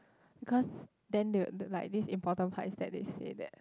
cause then they would like this important part is that they say that